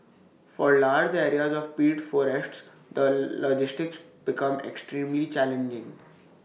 for large areas of peat forests the logistics become extremely challenging